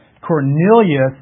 Cornelius